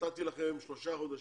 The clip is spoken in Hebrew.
נתתי לכם שלושה חודשים,